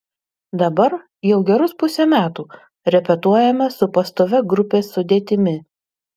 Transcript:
dabar jau gerus pusę metų repetuojame su pastovia grupės sudėtimi